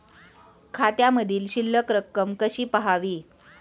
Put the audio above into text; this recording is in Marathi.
खात्यामधील शिल्लक रक्कम कशी पहावी?